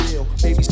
Baby